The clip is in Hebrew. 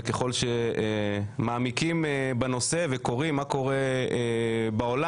וככל שמעמיקים בנושא וקוראים מה קורה בעולם,